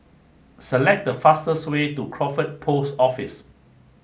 select the fastest way to Crawford Post Office